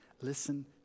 Listen